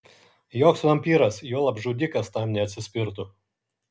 joks vampyras juolab žudikas tam neatsispirtų